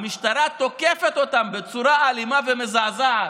המשטרה תוקפת אותם בצורה אלימה ומזעזעת: